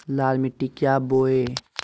लाल मिट्टी क्या बोए?